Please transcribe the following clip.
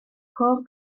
côr